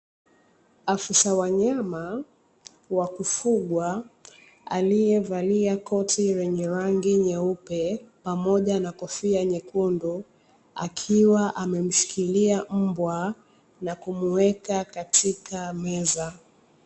Afisa wanyama wa kufugwa, aliyevalia koti lenye rangi nyeupe pamoja na kofia nyekundu, akiwa amemshikilia mbwa na kumuweka katika meza.